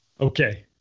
Okay